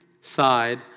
side